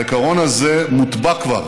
העיקרון הזה מוטבע כבר